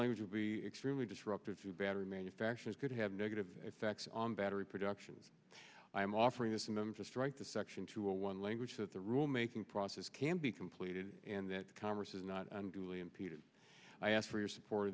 language would be extremely disruptive to battery manufacturers could have negative effects on battery production i am offering this and them to strike the section two a one language that the rule making process can be completed and that congress is not unduly impeded i ask for your support